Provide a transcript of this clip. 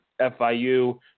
FIU